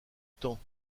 temps